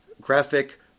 graphic